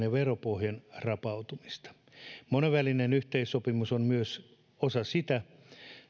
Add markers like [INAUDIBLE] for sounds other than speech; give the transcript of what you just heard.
[UNINTELLIGIBLE] ja veropohjien rapautumista monenvälinen yhteissopimus on myös osa sitä